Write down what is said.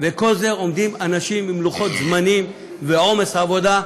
ובכל זה עומדים אנשים עם לוחות זמנים ועומס עבודה.